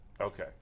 Okay